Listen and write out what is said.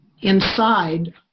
inside